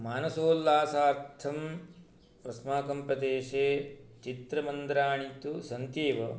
मानसोल्लासार्थम् अस्माकं प्रदेशे चित्रमन्दिराणि तु सन्ति एव